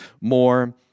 more